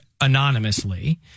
anonymously